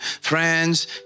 friends